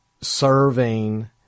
serving